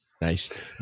Nice